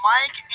Mike